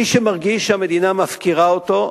מי שמרגיש שהמדינה מפקירה אותו,